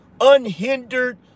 unhindered